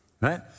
right